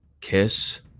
Kiss